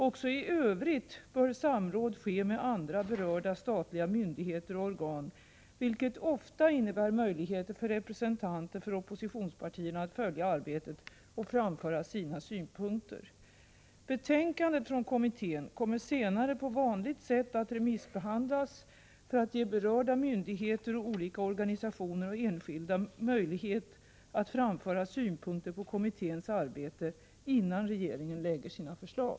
Också i övrigt bör samråd ske med andra berörda statliga myndigheter och organ, vilket ofta innebär möjligheter för representanter för oppositionspartierna att följa arbetet och framföra sina synpunkter. Betänkandet från kommittén kommer senare på vanligt sätt att remissbehandlas för att ge berörda myndigheter och olika organisationer och enskilda möjlighet att framföra synpunkter på kommitténs arbete innan regeringen lägger fram sina förslag.